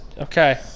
Okay